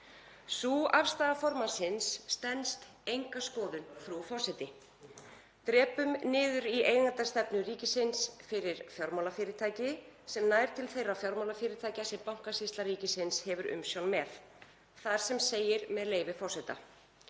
Sú afstaða formannsins stenst enga skoðun herra forseti. Drepum niður í eigendastefnu ríkisins fyrir fjármálafyrirtæki sem nær til þeirra fjármálafyrirtækja sem Bankasýsla ríkisins hefur umsjón með. Þar segir, með leyfi forseta: